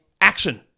action